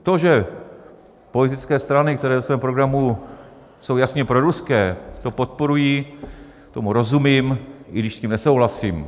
To, že politické strany, které ve svém programu jsou jasně proruské, to podporují, tomu rozumím, i když s tím nesouhlasím.